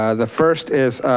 ah the first is,